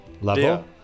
level